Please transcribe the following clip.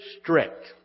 strict